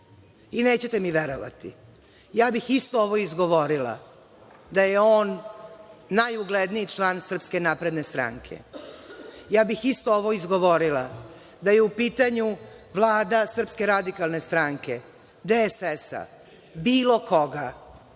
I nećete mi verovati, ja bih isto ovo izgovorila da je on najugledniji član Srpske napredne stranke, ja bih isto ovo izgovorila da je u pitanju vlada Srpske radikalne stranke, DSS-a, bilo koga,